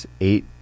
eight